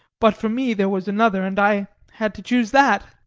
but for me there was another, and i had to choose that.